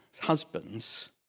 husband's